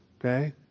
okay